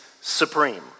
supreme